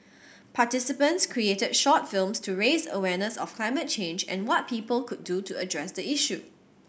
participants created short films to raise awareness of climate change and what people could do to address the issue